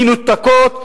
מנותקות,